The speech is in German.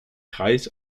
kreis